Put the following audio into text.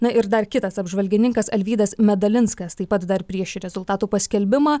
na ir dar kitas apžvalgininkas alvydas medalinskas taip pat dar prieš rezultatų paskelbimą